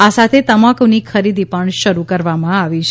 આ સાથે તમાકુની ખરીદી પણ શરૂ કરવામાં આવી છે